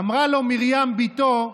אמרה לו מרים ביתו: